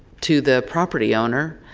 to the property owner.